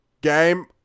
game